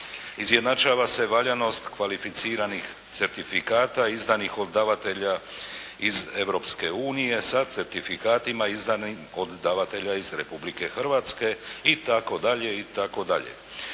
Izjednačava se valjanost kvalificiranih certifikata izdanih od davatelja iz Europske unije sa certifikatima izdanim od davatelja iz Republike Hrvatske itd., itd.